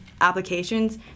applications